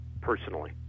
personally